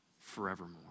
forevermore